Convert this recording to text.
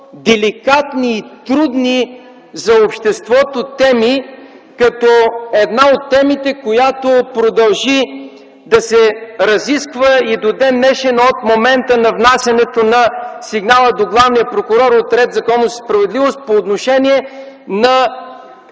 деликатни и трудни за обществото теми като една от темите, която продължи да се разисква от момента на внасянето на сигнала до главния прокурор от „Ред, законност и справедливост” и до ден